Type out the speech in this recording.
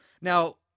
Now